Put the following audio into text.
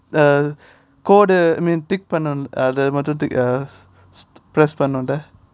the கோடு:kodu I mean tick பன்னோ:panno leh அத மட்டும்:atha maattum tick I mean press பன்னோ:panno leh